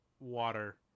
Water